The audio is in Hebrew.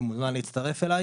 מוזמן להצטרף אליי